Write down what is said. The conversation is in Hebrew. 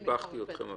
שיבחתי אתכם אפילו.